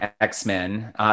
X-Men